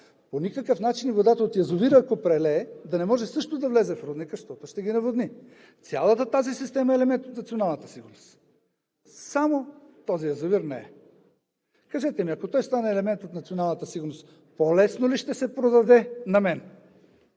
По никакъв начин водата от язовира, ако прелее, да не може също да влезе в рудника, защото ще ги наводни. Цялата тази система е елемент от националната сигурност, само този язовир не е. Кажете ми, ако той стане елемент от националната сигурност, по-лесно ли ще се продаде на мен,